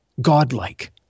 Godlike